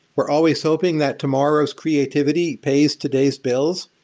we're always hoping that tomorrow's creativity pays today's bills.